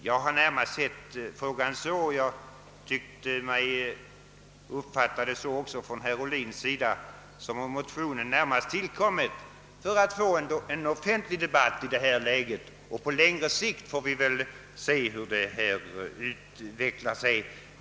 Jag har närmast sett frågan så — och jag har trott mig förstå att även herr Ohlin har den uppfattningen — att motionen närmast tillkommit för att vi skulle få till stånd en offentlig debatt och att denna fråga alltså skulle lösas först på litet längre sikt.